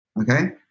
Okay